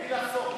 בלי לחסוך ביקורת.